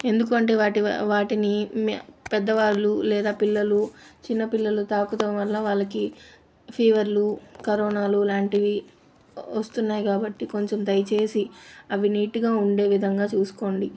ఎందుకు అంటే వాటివా వాటిని పెద్దవాళ్ళు లేదా పిల్లలు చిన్న పిల్లలు తాకుతాం వల్ల వాళ్ళకి ఫీవర్లు కరోనాలు లాంటివి వ వస్తున్నాయి కాబట్టి కొంచెం దయచేసి అవి నీట్టుగా ఉండే విధంగా చూసుకోండి